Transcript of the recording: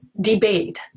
debate